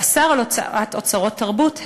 שאסר הוצאת אוצרות תרבות,